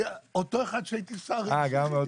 אותו אחד שהיה כשהייתי שר ממשיך איתי,